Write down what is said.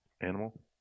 animal